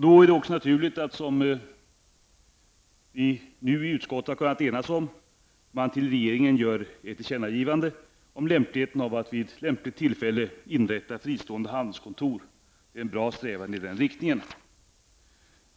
Då är det också naturligt att man, som vi i utskottet har kunnat enas om, till regeringen gör ett tillkännagivande om lämpligheten att vi vid lämpligt tillfälle inrättar fristående handelskontor. Det är en bra strävan i denna riktning.